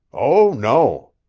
oh, no.